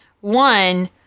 one